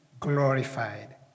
glorified